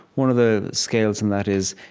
one of the scales and that is,